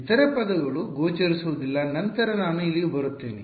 ಇತರ ಪದಗಳು ಗೋಚರಿಸುವುದಿಲ್ಲ ನಂತರ ನಾನು ಇಲ್ಲಿಗೆ ಬರುತ್ತೇನೆ